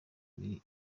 ibiri